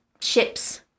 ships